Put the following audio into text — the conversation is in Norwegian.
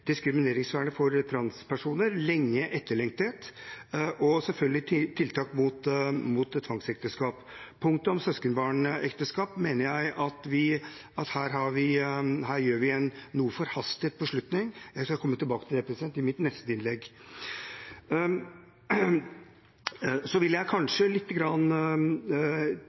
diskrimineringsvernet for transpersoner er lenge etterlengtet, og selvfølgelig tiltak mot tvangsekteskap. Når det gjelder punktet om søskenbarnekteskap, mener jeg at her gjør vi en noe forhastet beslutning. Jeg skal komme tilbake til det i mitt neste innlegg. Så vil jeg kanskje,